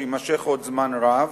שיימשך עוד זמן רב.